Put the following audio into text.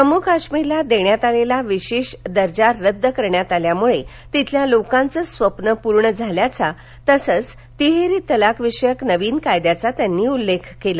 जम्मू काश्मीरला देण्यात आलेला विशेष दर्जा रद्द करण्यात आल्यामुले तिथल्या लोकांचं स्वप्न पूर्ण झाल्याचा तसंच तिहेरी तलाक विषयक नवीन कायद्याचा त्यांनी उल्लेख केला